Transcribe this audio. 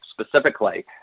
specifically